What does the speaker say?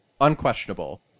unquestionable